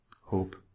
hope